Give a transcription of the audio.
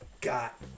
got